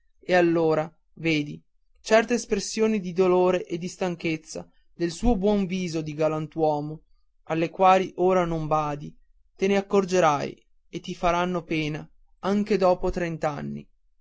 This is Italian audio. e allora vedi certe espressioni di dolore e di stanchezza del suo buon viso di galantuomo alle quali ora non badi te le ricorderai e ti faranno pena anche dopo